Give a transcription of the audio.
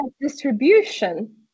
distribution